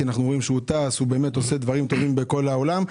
כי אנחנו רואים שהוא טס ועושה דברים טובים בכל העולם.